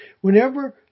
Whenever